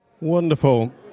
Wonderful